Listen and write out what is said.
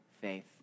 faith